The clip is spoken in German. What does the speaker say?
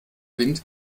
wind